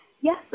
Yes